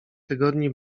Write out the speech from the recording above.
tygodni